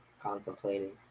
contemplating